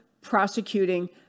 prosecuting